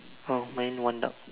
oh mine one dog